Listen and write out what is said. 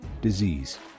disease